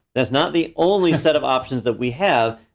that's not the only set of options that we have.